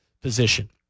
position